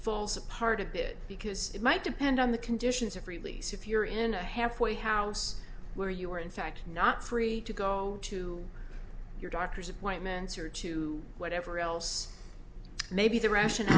falls apart a bit because it might depend on the conditions of release if you're in a halfway house where you are in fact not free to go to your doctor's appointments or to whatever else may be the rationale